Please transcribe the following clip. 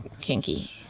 kinky